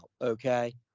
okay